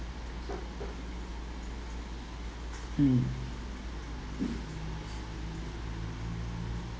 mm